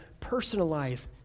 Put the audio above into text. personalize